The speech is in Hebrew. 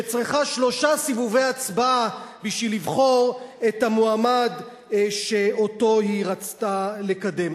שצריכה שלושה סיבובי הצבעה בשביל לבחור את המועמד שאותו היא רצתה לקדם.